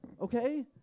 okay